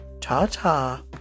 ta-ta